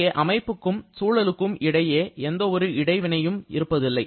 இங்கே அமைப்புக்கும் சூழலுக்கும் இடையே எந்த ஒரு இடை வினையும் இருப்பதில்லை